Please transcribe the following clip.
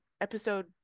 episode